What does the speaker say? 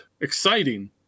exciting